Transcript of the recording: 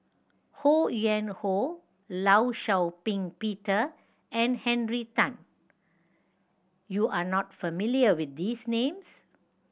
Ho Yuen Hoe Law Shau Ping Peter and Henry Tan you are not familiar with these names